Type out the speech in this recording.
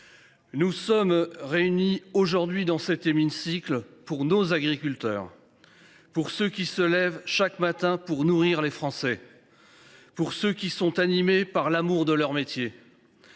nous sommes aujourd’hui réunis dans cet hémicycle pour nos agriculteurs ; pour ceux qui se lèvent chaque matin pour nourrir les Français ; pour ceux qui sont animés par l’amour de leur métier.